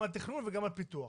תכנון וגם על פיתוח.